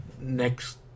next